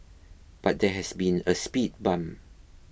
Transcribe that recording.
but there has been a speed bump